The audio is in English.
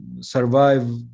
survive